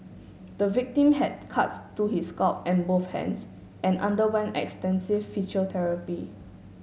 the victim had cuts to his scalp and both hands and underwent extensive physiotherapy